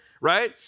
right